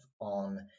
on